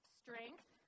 strength